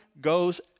goes